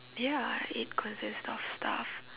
ya it consists of stuff